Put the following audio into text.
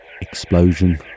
Explosion